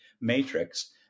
matrix